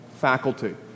faculty